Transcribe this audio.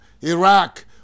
Iraq